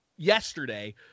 yesterday